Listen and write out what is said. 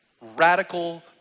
radical